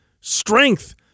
strength